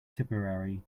tipperary